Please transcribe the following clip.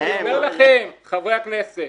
אני אומר לכם, חברי הכנסת,